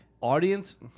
Audience